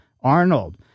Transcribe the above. Arnold